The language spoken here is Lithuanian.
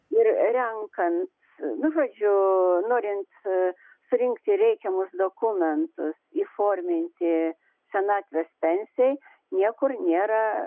ir renkant nu žodžiu norint surinkti reikiamus dokumentus įforminti senatvės pensijai niekur nėra